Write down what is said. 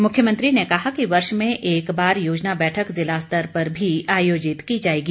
मुख्यमंत्री ने कहा कि वर्ष में एक बार योजना बैठक जिला स्तर पर भी आयोजित की जाएगी